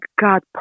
God